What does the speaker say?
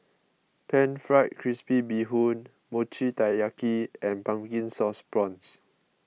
Pan Fried Crispy Bee Hoon Mochi Taiyaki and Pumpkin Sauce Prawns